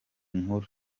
nkuru